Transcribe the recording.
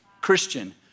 Christian